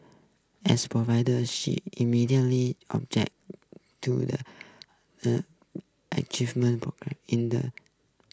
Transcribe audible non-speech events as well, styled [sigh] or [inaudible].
as provide she immediately object to the a achievement [unintelligible] in the